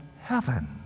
heaven